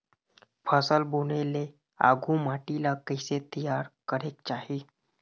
फसल बुने ले आघु माटी ला कइसे तियार करेक चाही?